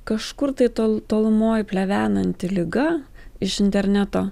kažkur tai tol tolumoj plevenanti liga iš interneto